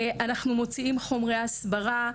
אנחנו מוציאים חומרי הסברה,